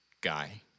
guy